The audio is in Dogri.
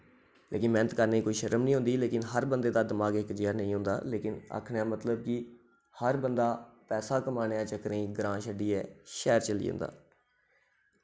लेकिन मैह्नत करने कोई शर्म नेईं होंदी लेकिन हर बंदे दा दमाक इक जेहा नेईं होंदा लेकिन आखने दा मतलब कि हर बंदा पैसा कमाने दे चक्करें ई ग्रां छड्डियै शैह्र चली जंदा